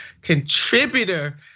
contributor